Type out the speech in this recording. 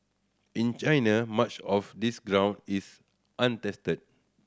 in China much of this ground is untested